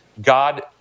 God